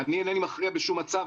אני אינני מכריע בשום מצב.